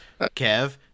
Kev